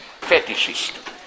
fetishist